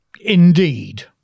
indeed